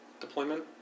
deployment